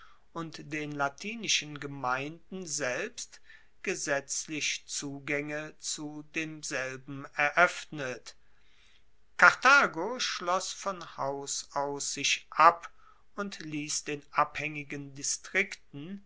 und den latinischen gemeinden selbst gesetzlich zugaenge zu demselben eroeffnet karthago schloss von haus aus sich ab und liess den abhaengigen distrikten